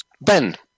Ben